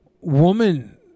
woman